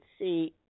see